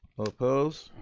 all opposed?